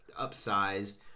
upsized